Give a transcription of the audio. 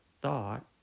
thought